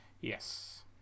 Yes